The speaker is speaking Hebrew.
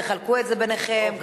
תחלקו את זה ביניכם.